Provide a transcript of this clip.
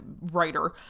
writer